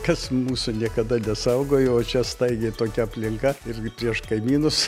kas mūsų niekada nesaugojo o čia staigiai tokia aplinka irgi prieš kaimynus